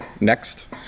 next